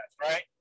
right